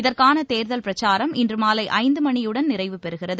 இதற்கான தேர்தல் பிரச்சாரம் இன்றுமாலை ஐந்து மணியுடன் நிறைவு பெறுகிறது